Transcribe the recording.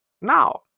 Now